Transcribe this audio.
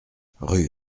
rue